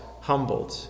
humbled